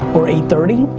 or eight thirty.